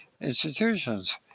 institutions